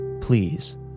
please